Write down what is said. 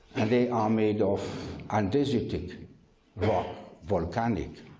and they are made of andesitic rock volcanic.